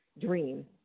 dream